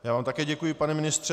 Já vám také děkuji, pane ministře.